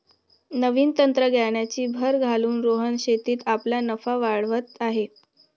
नवीन तंत्रज्ञानाची भर घालून रोहन शेतीत आपला नफा वाढवत आहे